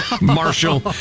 Marshall